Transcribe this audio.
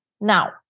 Now